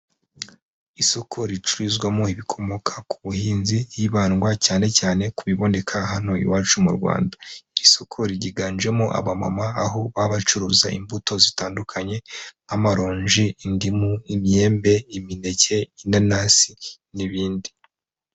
Isoko ricururizwamo ibikomoka ku buhinzi hibandwa cyane cyane ku biboneka hano iwacu mu Rwanda, iri soko ryiganjemo abamama aho baba bacuruza imbuto zitandukanye, nk'amaronji, indimu, imyembe, imineke, inanasi n'ibindi.